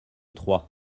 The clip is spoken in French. trois